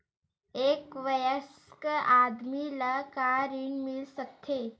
एक वयस्क आदमी ल का ऋण मिल सकथे?